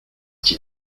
qu’il